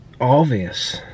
obvious